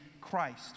Christ